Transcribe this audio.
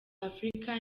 africa